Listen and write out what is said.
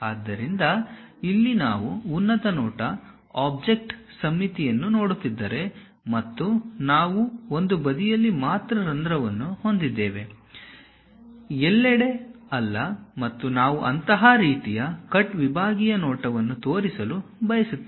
ಆದ್ದರಿಂದ ಇಲ್ಲಿ ನಾವು ಉನ್ನತ ನೋಟ ಆಬ್ಜೆಕ್ಟ್ ಸಮ್ಮಿತಿಯನ್ನು ನೋಡುತ್ತಿದ್ದರೆ ಮತ್ತು ನಾವು ಒಂದು ಬದಿಯಲ್ಲಿ ಮಾತ್ರ ರಂಧ್ರವನ್ನು ಹೊಂದಿದ್ದೇವೆ ಎಲ್ಲೆಡೆ ಅಲ್ಲ ಮತ್ತು ನಾವು ಅಂತಹ ರೀತಿಯ ಕಟ್ ವಿಭಾಗೀಯ ನೋಟವನ್ನು ತೋರಿಸಲು ಬಯಸುತ್ತೇವೆ